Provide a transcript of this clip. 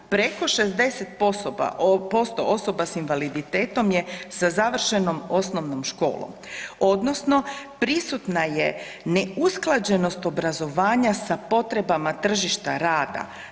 Preko 60% osoba s invaliditetom je sa završenom osnovnom školom odnosno prisutna je neusklađenost obrazovanja sa potrebama tržišta rada.